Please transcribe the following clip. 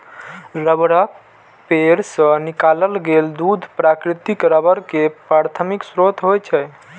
रबड़क पेड़ सं निकालल गेल दूध प्राकृतिक रबड़ के प्राथमिक स्रोत होइ छै